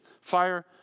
fire